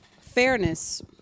fairness